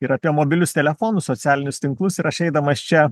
ir apie mobilius telefonus socialinius tinklus ir aš eidamas čia